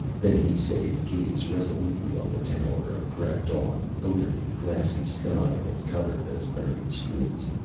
then he set his gaze resolutely on the tower, and crept on, over the glassy sky that covered those buried streets.